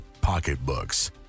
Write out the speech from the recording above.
pocketbooks